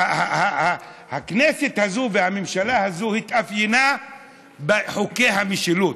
שהכנסת הזאת והממשלה הזאת התאפיינו בחוקי המשילות,